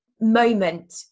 moment